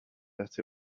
that